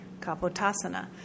Kapotasana